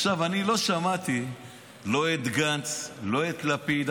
עכשיו, אני לא שמעתי לא את גנץ, לא את לפיד.